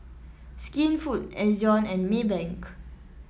Skinfood Ezion and Maybank